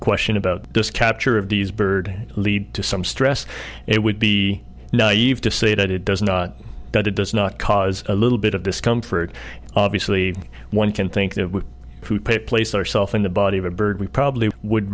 question about this capture of these bird lead to some stress it would be naive to say that it does not that it does not cause a little bit of discomfort obviously one can think that we pay place ourself in the body of a bird we probably would